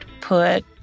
put